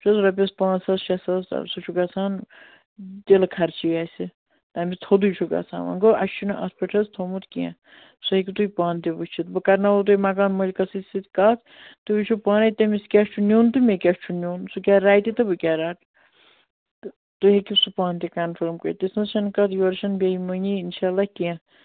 وُچھ حظ رۄپیَس پانٛژھ ساس شےٚ ساس سُہ چھُ گژھان تِلہٕ خرچی اَسہِ تَمہِ تھوٚدُے چھُ گژھان وۄنۍ گوٚو اَسہِ چھُنہٕ اَتھ پٮ۪ٹھ حظ تھوٚمُت کیٚنٛہہ سُہ ہیٚکِو تُہۍ پانہٕ تہِ وٕچِتھ بہٕ کَرناوَو تُہۍ مکان مٲلِکَسٕے سۭتۍ کَتھ تُہۍ وُچھِو پانَے تٔمِس کیٛاہ چھُ نیُن تہٕ مےٚ کیٛاہ چھُ نیُن سُہ کیٛاہ رَٹہِ تہٕ بہٕ کیٛاہ رَٹہٕ تہٕ تُہۍ ہیٚکِو سُہ پانہٕ تہِ کَنفٲرٕم کٔرِتھ تِژھ نہ حظ چھَنہٕ کَتھ یورٕ چھنہٕ بے ایٖمٲنی اِنشاء اللہ کینٛہہ